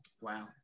wow